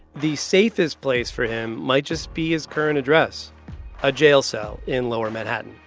the safest place for him might just be his current address a jail cell in lower manhattan